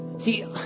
See